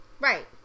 Right